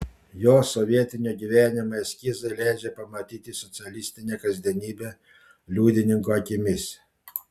jo sovietinio gyvenimo eskizai leidžia pamatyti socialistinę kasdienybę liudininko akimis